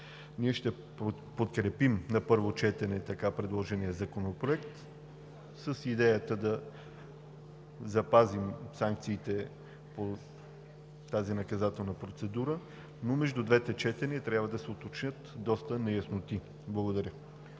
Ние ще подкрепим на първо четене предложения Законопроект с идеята да запазим санкциите по тази наказателна процедура, но между двете четения трябва да се уточнят доста неясноти. Благодаря.